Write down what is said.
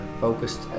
focused